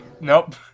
nope